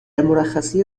مرخصی